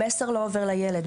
המסר לא עובר לילד,